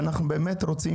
אנחנו באמת רוצים